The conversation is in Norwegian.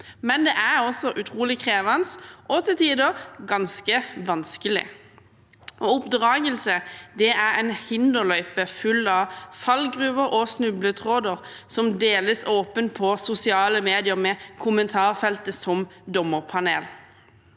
men det er også utrolig krevende og til tider ganske vanskelig. Oppdragelse er en hinderløype full av fallgruver og snubletråder, som deles åpent på sosiale medier med kommentarfeltet som dommerpanel.